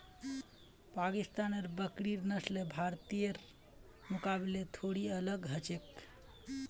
पाकिस्तानेर बकरिर नस्ल भारतीयर मुकाबले थोड़ी अलग ह छेक